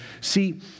See